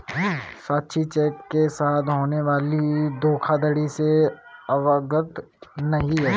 साक्षी cheque के साथ होने वाली धोखाधड़ी से अवगत नहीं है